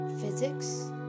physics